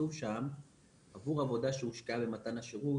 כתוב שם "עבור עבודה שהושקעה למתן השירות".